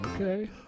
Okay